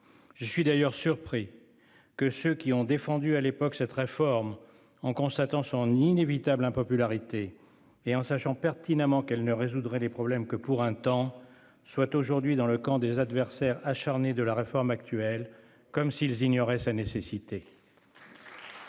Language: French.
Je suis d'ailleurs surpris. Que ceux qui ont défendu à l'époque cette réforme en constatant son inévitable impopularité et en sachant pertinemment qu'elle ne résoudrait les problèmes que pour un temps soit aujourd'hui dans le camp des adversaires acharnés de la réforme actuelle comme s'ils ignoraient sa nécessité. On dit souvent